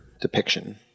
depiction